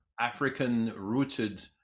african-rooted